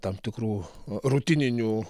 tam tikrų rutininių